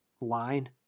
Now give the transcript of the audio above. line